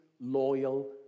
loyal